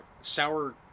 Sour